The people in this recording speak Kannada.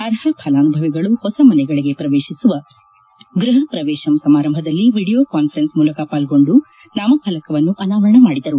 ಅರ್ಹ ಫಲಾನುಭವಿಗಳು ಹೊಸ ಮನೆಗಳಿಗೆ ಪ್ರವೇಶಿಸುವ ಗೃಹ ಪ್ರವೇಶಂ ಸಮಾರಂಭದಲ್ಲಿ ವಿಡಿಯೋ ಕಾನ್ವರೆನ್ಲೆ ಮೂಲಕ ಪಾಲ್ಗೊಂಡು ನಾಮಫಲಕವನ್ನು ಅನಾವರಣ ಮಾಡಿದರು